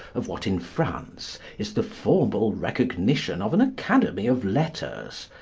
of what in france, is the formal recognition of an academy of letters,